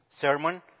sermon